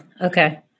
Okay